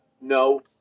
no